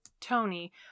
Tony